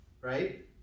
right